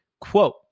Quote